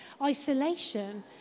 isolation